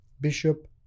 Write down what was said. Bishop